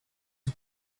the